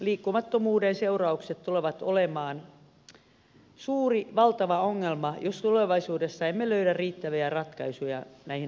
liikkumattomuuden seuraukset tulevat olemaan suuri valtava ongelma jos tulevaisuudessa emme löydä riittäviä ratkaisuja näihin ongelmiin